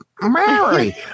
Mary